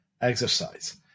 exercise